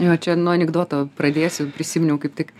jo čia nuo anekdoto pradėsiu prisiminiau kaip tik